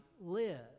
live